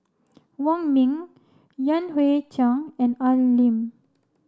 Wong Ming Yan Hui Chang and Al Lim